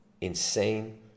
insane